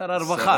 הרווחה